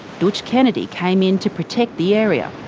dootch kennedy came in to protect the area.